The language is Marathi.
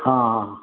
हां हां